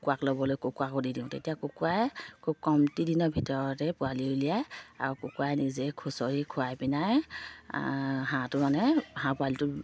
কুকুৰাক ল'বলৈ কুকুৰাক দি দিওঁ তেতিয়া কুকুৰাই খুব কমতি দিনৰ ভিতৰতে পোৱালি উলিয়াই আৰু কুকুৰা নিজে খুচৰি খুৱাই পিনে হাঁহটো মানে হাঁহ পোৱালিটো